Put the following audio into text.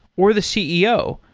or the ceo,